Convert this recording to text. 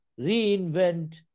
reinvent